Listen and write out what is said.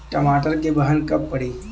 टमाटर क बहन कब पड़ी?